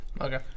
Okay